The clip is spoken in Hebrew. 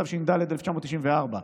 התשנ"ד 1994,